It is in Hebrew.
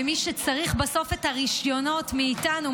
למי שצריך בסוף את הרישיונות מאיתנו,